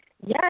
Yes